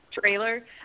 trailer